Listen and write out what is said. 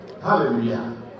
Hallelujah